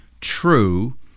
true